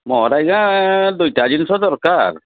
ମୋର ଆଜ୍ଞା ଦୁଇଟା ଜିନିଷ ଦରକାର